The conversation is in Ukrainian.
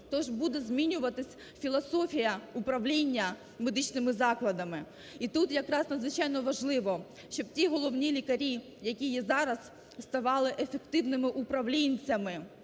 тож буде змінюватися філософія управління медичними закладами. І тут якраз надзвичайно важливо, щоб ті головні лікарі, які є зараз, ставали ефективними управлінцями,